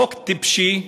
חוק טיפשי,